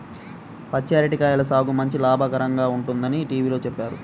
పచ్చి అరటి కాయల సాగు మంచి లాభకరంగా ఉంటుందని టీవీలో చెప్పారు